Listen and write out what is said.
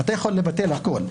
אתה יכול לבטל הכול.